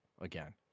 again